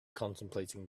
contemplating